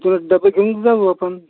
इथूनच डब्बे घेऊन जाऊ आपन